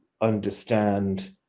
understand